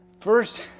First